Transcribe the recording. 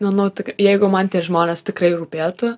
manau tik jeigu man tie žmonės tikrai rūpėtų